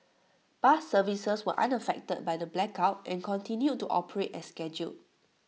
bus services were unaffected by the blackout and continued to operate as scheduled